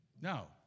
No